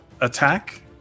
attack